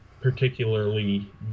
particularly